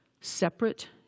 separate